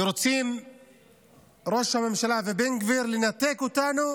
ורוצים ראש הממשלה ובן גביר לנתק אותנו